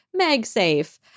MagSafe